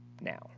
now